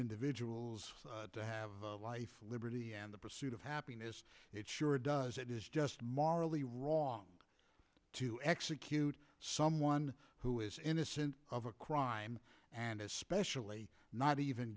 individuals to have life liberty and the pursuit of happiness it sure does it is just morally wrong to execute someone who is innocent of a crime and especially not even